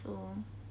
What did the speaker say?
so